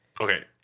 okay